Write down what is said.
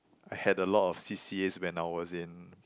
I had a lot of c_c_as when I was in